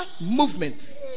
movement